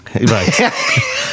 right